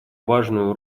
важную